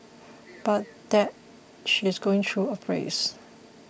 but that she's going through a phase